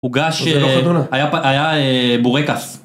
עוגה שהיה בורקס